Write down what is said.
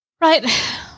Right